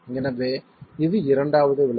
எனவே இது இரண்டாவது விளைவு